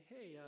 hey